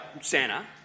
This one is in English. Santa